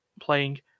playing